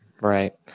Right